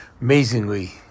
Amazingly